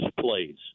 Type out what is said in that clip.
plays